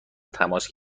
تماس